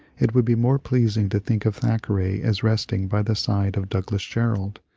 it would be more pleasing to think of thackeray as resting by the side of douglas jerrold,